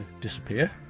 disappear